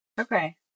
Okay